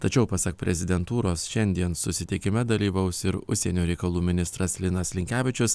tačiau pasak prezidentūros šiandien susitikime dalyvaus ir užsienio reikalų ministras linas linkevičius